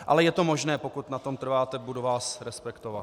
Ale je to možné, pokud na tom trváte, budu vás respektovat.